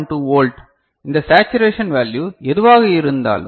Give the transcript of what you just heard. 2 volt இந்த saturation value எதுவாக இருந்தாலும்